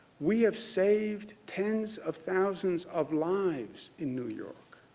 we have saved tens of thousands of lives in new york.